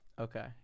Okay